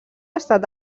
estat